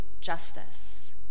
justice